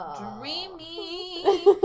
dreamy